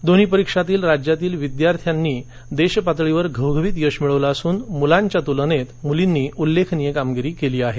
दोन्ही परीक्षांत राज्यातल्या विद्यार्थ्यांनी देश पातळीवर घवघवीत यश मिळवलं असून मुलांच्या तुलनेत मुलींनी उल्लेखनीय कामगिरी केली आहे